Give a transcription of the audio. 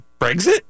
Brexit